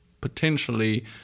potentially